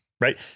right